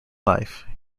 life